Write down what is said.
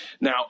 Now